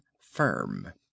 firm